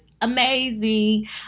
amazing